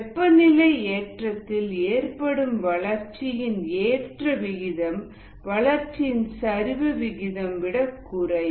வெப்பநிலை ஏற்றத்தில் ஏற்படும் வளர்ச்சியின் ஏற்ற விகிதம் வளர்ச்சியின் சரிவு விகிதம் விட குறைவே